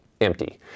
empty